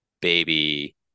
baby